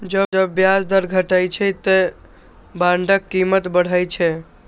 जब ब्याज दर घटै छै, ते बांडक कीमत बढ़ै छै